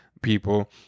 people